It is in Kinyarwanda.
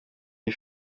iyi